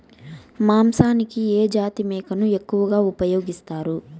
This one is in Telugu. మాంసానికి ఏ జాతి మేకను ఎక్కువగా ఉపయోగిస్తారు?